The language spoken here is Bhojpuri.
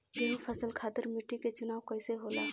गेंहू फसल खातिर मिट्टी के चुनाव कईसे होला?